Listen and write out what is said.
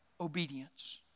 obedience